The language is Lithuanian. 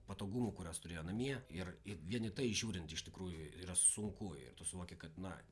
patogumų kuriuos turėjo namie ir į vien į tai žiūrint iš tikrųjų yra sunku ir tu suvoki kad na